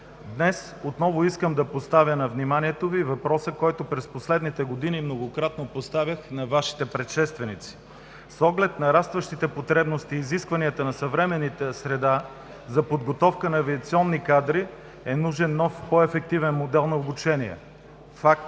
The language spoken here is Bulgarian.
Днес отново искам да поставя на вниманието Ви въпроса, който през последните години многократно поставях на Вашите предшественици. С оглед на нарастващите потребности и изисквания на съвременната среда за подготовката на авиационни кадри е нужен нов по-ефективен модел на обучение. Факт